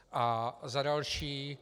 A za další.